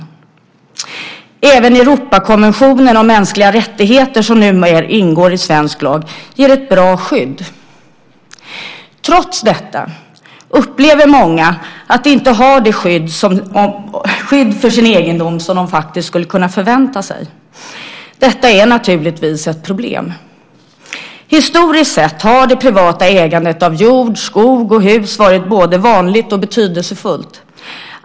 Även Europakonventionen om mänskliga rättigheter, som numer ingår i svensk lag, ger ett bra skydd. Trots detta upplever många att de inte har det skydd för sin egendom som de faktiskt skulle kunna förvänta sig. Detta är naturligtvis ett problem. Historiskt sett har det privata ägandet av jord, skog och hus varit både vanligt och betydelsefullt.